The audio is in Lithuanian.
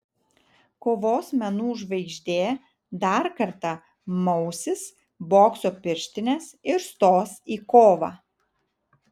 kovos menų žvaigždė dar kartą mausis bokso pirštines ir stos į kovą